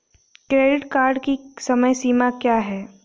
Credit card की समय सीमा क्या है?